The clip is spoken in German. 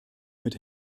mit